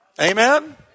Amen